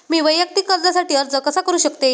मी वैयक्तिक कर्जासाठी अर्ज कसा करु शकते?